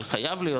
אבל חייב להיות